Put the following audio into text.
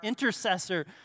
intercessor